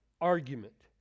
argument